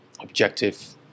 objective